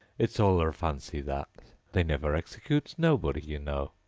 it's all her fancy, that they never executes nobody, you know.